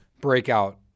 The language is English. Breakout